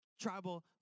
tribal